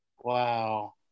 Wow